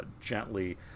gently